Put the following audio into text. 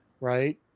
right